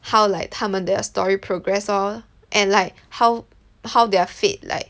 how like 他们的 story progress lor and like how how their fate like